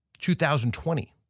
2020